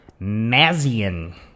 Mazian